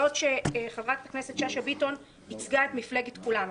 -- בעוד שחברת הכנסת שאשא ביטון ייצגה את מפלגת כולנו.